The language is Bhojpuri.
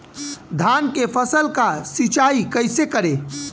धान के फसल का सिंचाई कैसे करे?